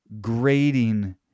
grading